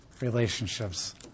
relationships